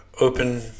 open